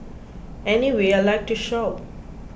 anyway I like to shop